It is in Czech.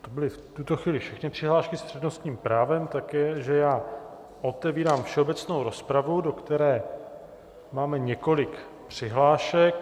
To byly v tuto chvíli všechny přihlášky s přednostním právem, takže já otevírám všeobecnou rozpravu, do které máme několik přihlášek.